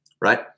right